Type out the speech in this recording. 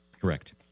Correct